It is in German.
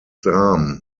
dame